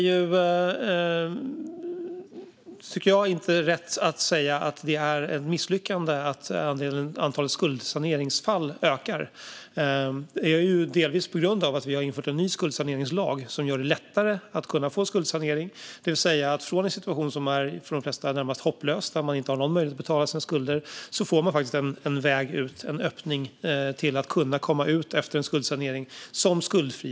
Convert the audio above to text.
Jag tycker inte att det är rätt att säga att det är ett misslyckande när antalet skuldsaneringsfall ökar. Det sker delvis på grund av att vi har infört en ny skuldsaneringslag som gör det lättare att få skuldsanering. Från en situation som för de flesta är närmast hopplös där man inte har någon möjlighet att betala sina skulder får man nu en väg ut och en öppning till att efter en skuldsanering kunna komma ut som skuldfri.